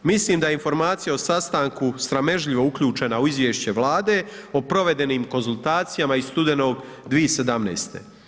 Mislim da je informacija o sastanku sramežljivo uključena u izvješće Vlade o provedenim konzultacijama iz studenog 2017.